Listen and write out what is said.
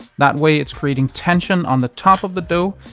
that way it's creating tension on the top of the dough,